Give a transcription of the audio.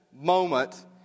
moment